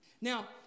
Now